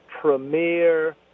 premier